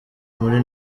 muri